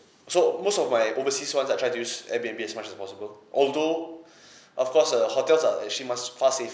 so most of my overseas one I try to use airbnb as much as possible although of course uh hotels are actually much far